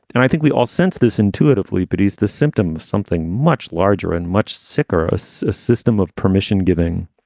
and i think we all sense this intuitively. but he's the symptom of something much larger and much sicker as a system of permission giving